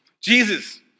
Jesus